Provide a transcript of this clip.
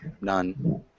None